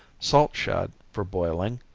salt shad, for boiling,